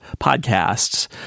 podcasts